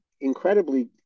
incredibly